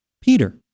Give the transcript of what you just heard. Peter